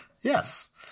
Yes